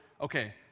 okay